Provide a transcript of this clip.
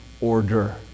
order